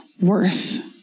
worth